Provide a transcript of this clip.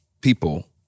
people